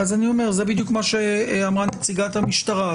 זה בדיוק מה שאמרה נציגת המשטרה.